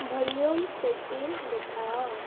volume setting ଦେଖାଅ